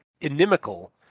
inimical